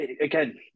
again